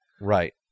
right